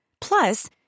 Plus